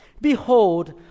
Behold